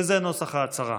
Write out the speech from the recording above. וזה נוסח ההצהרה: